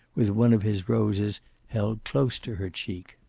with one of his roses held close to her cheek.